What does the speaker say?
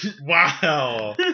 Wow